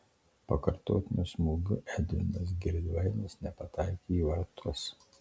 pakartotiniu smūgiu edvinas girdvainis nepataikė į vartus